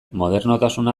modernotasuna